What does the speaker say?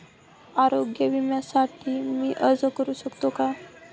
आरोग्य विम्यासाठी मी अर्ज करु शकतो का?